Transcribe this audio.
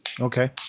Okay